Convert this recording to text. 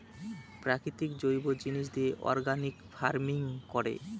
প্রাকৃতিক জৈব জিনিস দিয়ে অর্গানিক ফার্মিং করে